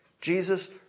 Jesus